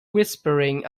whispering